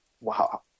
Wow